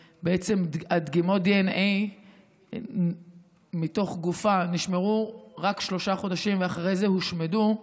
דגימות הדנ"א מתוך גופה נשמרו רק שלושה חודשים ואחרי זה הושמדו,